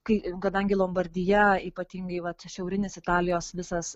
kai kadangi lombardija ypatingai vat šiaurinis italijos visas